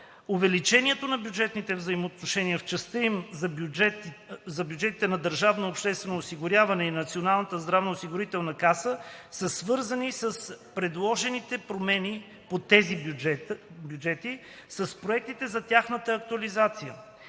Увеличението на бюджетните взаимоотношения, в частта им за бюджетите на държавното обществено осигуряване и Националната здравноосигурителна каса са свързани с предложените промени по тези бюджети с проектите за тяхната актуализация.